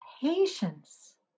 patience